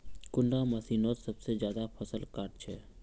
कुंडा मशीनोत सबसे ज्यादा फसल काट छै?